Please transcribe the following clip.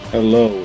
Hello